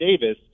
Davis